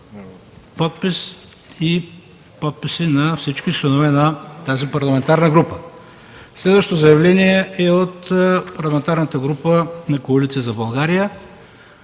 Следват подписи на всички членове на тази парламентарна група. Следващото заявление е от Парламентарната група на Коалиция за България: